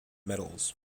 metals